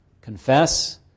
Confess